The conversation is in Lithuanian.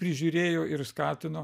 prižiūrėjo ir skatino